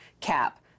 cap